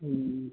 हम्मऽऽ